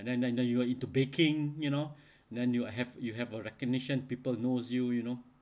and then then you are into baking you know then you have you have a recognition people knows you you know